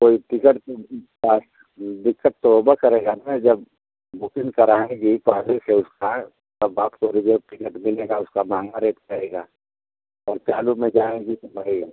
कोई टिकट का दिक्कत तो होबै करेगा न जब बुकिंग कराएँगी पहले से उसका तब आपको रिजर्व टिकट मिलेगा उसका महँगा रेट पड़ेगा और चालू में जाएँगी तो भाई